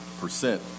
percent